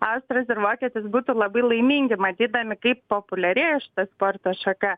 austras ir vokietis būtų labai laimingi matydami kaip populiarėja šita sporto šaka